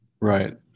Right